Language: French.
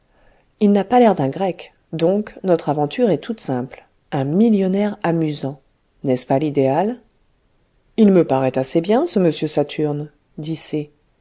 il n'a pas l'air d'un grec donc notre aventure est toute simple un millionnaire amusant n'est-ce pas l'idéal il me paraît assez bien ce m saturne